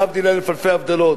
להבדיל אלף אלפי הבדלות,